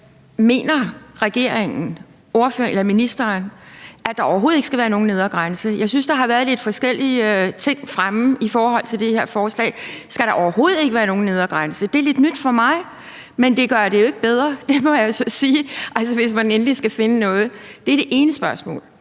Mener regeringen og ministeren, at der overhovedet ikke skal være nogen nedre grænse? Jeg synes, at der har været lidt forskellige ting fremme i forhold til det her forslag. Skal der overhovedet ikke være nogen nedre grænse? Det er lidt nyt for mig. Men det gør det jo ikke bedre, det må jeg så sige, altså hvis man endelig skal finde noget. Det er det ene spørgsmål.